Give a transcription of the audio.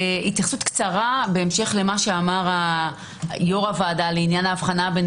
התייחסות קצרה בהמשך למה שאמר יו"ר הוועדה לעניין האבחנה בין